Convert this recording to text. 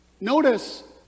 notice